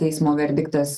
teismo verdiktas